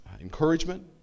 encouragement